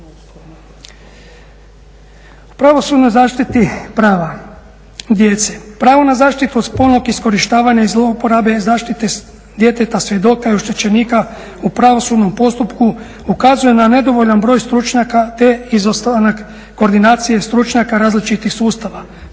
O pravosudnoj zaštiti prava djece. Pravo na zaštitu od spolnog iskorištavanja i zlouporabe zaštite djeteta, svjedoka i oštećenika u pravosudnom postupku ukazuje na nedovoljan broj stručnjaka, te izostanak koordinacije stručnjaka različitih sustava